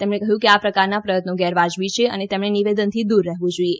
તેમણે કહ્યું કે આ પ્રકારના પ્રયત્નો ગેરવાજબી છે અને તેમણે નિવેદનથી દૂર રહેવું જોઇએ